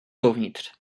dovnitř